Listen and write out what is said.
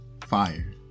fire